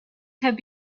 have